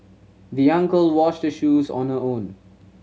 the young girl washed the shoes on her own